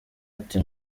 ati